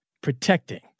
protecting